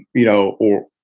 you know, or,